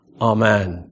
Amen